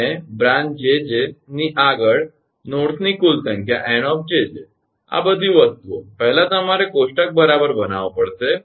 અને બ્રાંચ 𝑗𝑗 ની આગળ નોડ્સની કુલ સંખ્યા 𝑁𝑗𝑗 આ બધી વસ્તુઓ પહેલા તમારે કોષ્ટક બરાબર બનાવવો પડશે